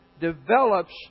develops